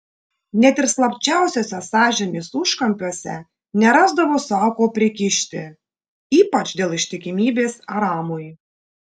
net ir slapčiausiuose sąžinės užkampiuose nerasdavo sau ko prikišti ypač dėl ištikimybės aramui